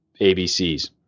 ABCs